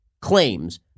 claims